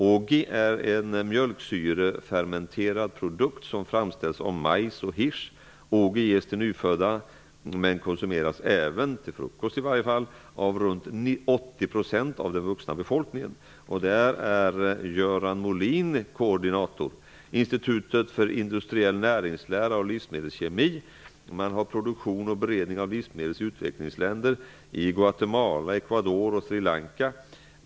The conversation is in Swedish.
Ogi är en mjölksyrefermenterad produkt som framställs av majs och hirs. Ogi ges till nyfödda men konsumeras även av runt 80 % av den vuxna befolkningen, åtminstone till frukost. Göran Molin är koordinator. Institutet för industriell näringslära och livsmedelskemi har produktion och beredning av livsmedel i utvecklingsländer -- i Guatemala, Ecuador och Sri Lanka.